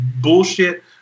bullshit